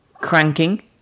cranking